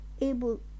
able